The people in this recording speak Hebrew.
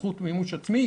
בזכות מימוש עצמי,